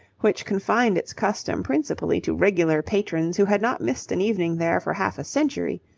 which confined its custom principally to regular patrons who had not missed an evening there for half a century,